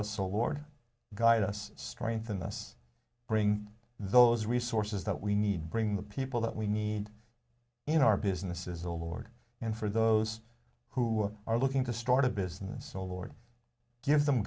us oh lord guide us strengthen us bring those resources that we need bring the people that we need in our businesses award and for those who are looking to start a business so lord give them